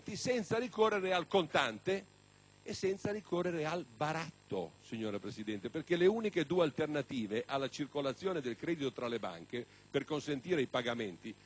e senza ricorrere al baratto, signora Presidente, perché le uniche due alternative alla circolazione del credito tra le banche per consentire i pagamenti sono gli assegni o qualcosa di